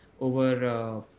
over